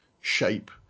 shape